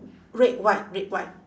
red white red white